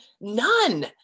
none